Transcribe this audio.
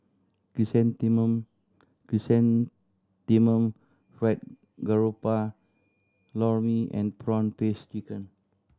chrysanthemum Chrysanthemum Fried Garoupa Lor Mee and prawn paste chicken